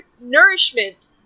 nourishment